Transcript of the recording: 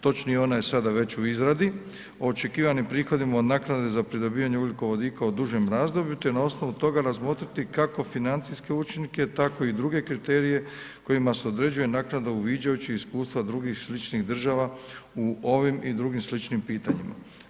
Točnije ona je sada već u izradi, očekivanim prihodima od naknade za pridobivanje ugljikovodika u dužem razdoblju, te na osnovu toga razmotriti kako financijske učinke, tako i druge kriterije kojima se određuje naknada uviđajući iskustva drugih sličnih država u ovim i drugim sličnim pitanjima.